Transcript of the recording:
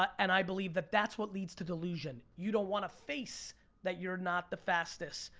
and i believe that that's what leads to delusion. you don't want to face that you're not the fastest,